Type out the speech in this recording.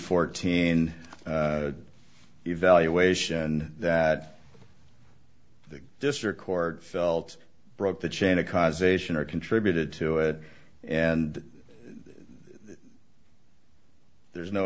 fourteen evaluation that the district court felt broke the chain of causation or contributed to it and there's no